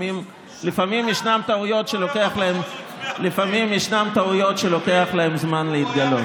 לפעמים יש טעויות שלוקח להן,